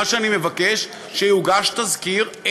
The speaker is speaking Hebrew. מה שאני מבקש הוא שיוגש תסקיר,